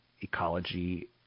ecology